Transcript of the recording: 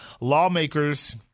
Lawmakers